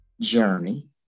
journey